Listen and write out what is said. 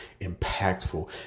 impactful